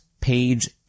page